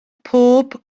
pob